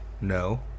no